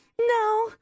No